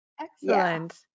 Excellent